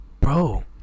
bro